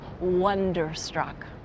wonderstruck